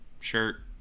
shirt